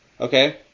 Okay